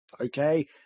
okay